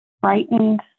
Frightened